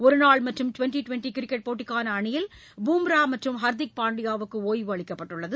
ஒருநாள் மற்றும் twenty twenty cricket போட்டிக்கான அணியில் பும்ரா மற்றும் ஹர்திக் பாண்டியாவுக்கு ஒய்வு அளிக்கப்பட்டுள்ளது